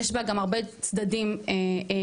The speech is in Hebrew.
יש בה גם הרבה צדדים טובים,